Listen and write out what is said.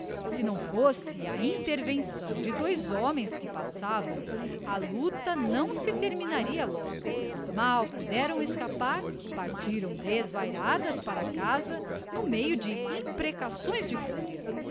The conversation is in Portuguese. si não fosse a intervenção de dois homens que passavam a lucta não se terminaria logo mal puderam escapar partiram desvairadas para a casa no meio de imprecações de fúria